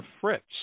Fritz